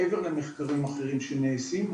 מעבר למחקרים אחרים שנעשים.